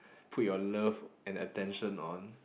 put your love and attention on